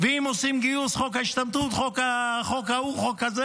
אם עושים גיוס, חוק ההשתמטות, חוק ההוא, חוק הזה